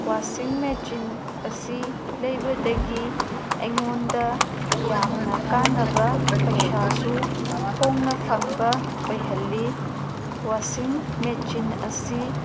ꯋꯥꯁꯤꯡ machine ꯑꯁꯤ ꯂꯩꯕꯗꯒꯤ ꯑꯩꯉꯣꯟꯗ ꯌꯥꯝꯅ ꯀꯥꯟꯅꯕ ꯄꯩꯁꯥꯁꯨ ꯍꯣꯡꯅ ꯐꯪꯕ ꯑꯣꯏꯍꯜꯂꯤ ꯋꯥꯁꯤꯡ ꯃꯦꯆꯤꯟ ꯑꯁꯤ